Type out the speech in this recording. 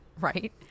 Right